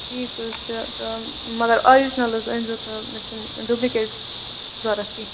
ٹھیٖک حٲز چھُ تہٕ مگر آرِجنل حٲز أنزیٚو تہٕ مےٚ چھُنہ ڈُبلِکیٹ ضروٗرت کیٚنٛہہ